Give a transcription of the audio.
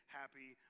happy